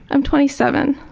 i'm twenty seven.